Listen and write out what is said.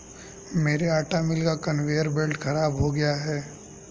मेरे आटा मिल का कन्वेयर बेल्ट खराब हो गया है